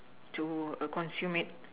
to err consume it